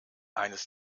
eines